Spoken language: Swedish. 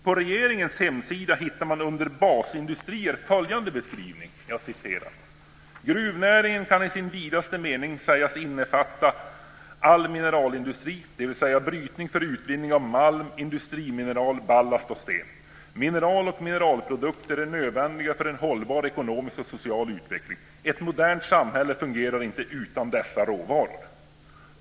På regeringens hemsida hittar man under rubriken "Basindustrier" följande beskrivning: "Gruvnäringen kan i sin vidaste mening sägas innefatta all mineralindustri, dvs. brytning för utvinning av malm, industrimineral, ballast och sten. Mineraloch mineralprodukter är nödvändiga för en hållbar ekonomisk och social utveckling. Ett modernt samhälle fungerar inte utan dessa råvaror."